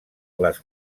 les